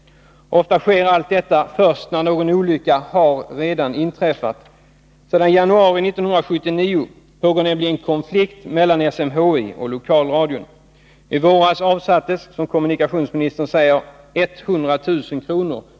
Ofta sker allt detta först när någon olycka redan har inträffat. Sedan januari 1979 pågår nämligen en konflikt mellan SMHI och lokalradion. I våras avsattes, som kommunikationsministern nämnde, 100 000 kr.